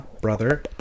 brother